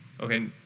Okay